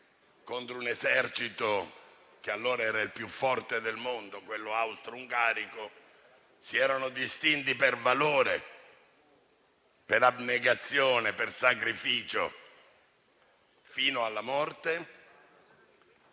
contro un esercito che allora era il più forte del mondo, quello austro-ungarico, si erano distinti per valore, abnegazione e sacrificio fino alla morte,